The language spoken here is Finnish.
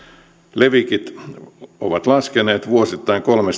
levikit ovat laskeneet vuosittain kolme